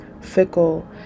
fickle